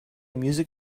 music